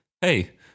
Hey